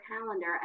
calendar